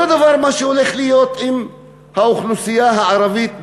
אותו דבר מה שהולך להיות עם האוכלוסייה הערבית בנגב,